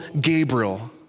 Gabriel